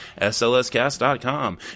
SLScast.com